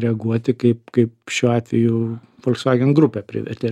reaguoti kaip kaip šiuo atveju volkswagen grupę privertė